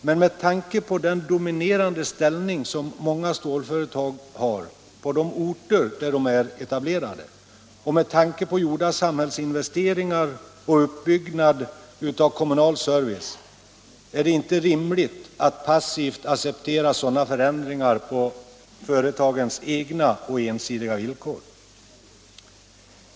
Men med tanke på den dominerande ställning som många stålföretag har på de orter där de är etablerade och med tanke på gjorda samhällsinvesteringar och uppbyggnad av kommunal service är det inte rimligt att passivt acceptera sådana förändringar på företagens egna och ensidiga villkor.